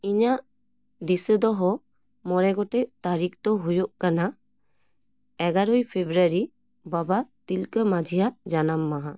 ᱤᱧᱟᱹᱜ ᱫᱤᱥᱟᱹ ᱫᱚᱦᱚ ᱢᱚᱬᱮ ᱜᱚᱴᱮᱡ ᱛᱟᱹᱨᱤᱠ ᱫᱚ ᱦᱩᱭᱩᱜ ᱠᱟᱱᱟ ᱮᱜᱟᱨᱳᱭ ᱯᱷᱮᱵᱽᱨᱟᱨᱤ ᱵᱟᱵᱟ ᱛᱤᱞᱠᱟᱹ ᱢᱟᱹᱡᱷᱤᱭᱟᱜ ᱡᱟᱱᱟᱢ ᱢᱟᱦᱟ